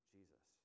Jesus